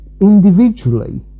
individually